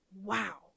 wow